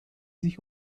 sich